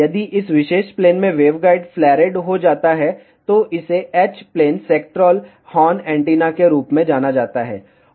यदि इस विशेष प्लेन में वेवगाइड फ्लारेड हो जाता है तो इसे H plane sectoral horn antenna के रूप में जाना जाता है